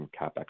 CapEx